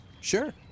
Sure